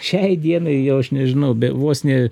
šiai dienai jau aš nežinau be vos ne